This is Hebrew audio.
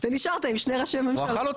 אז נשארת עם שני ראשי ממשלה.